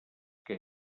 que